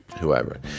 whoever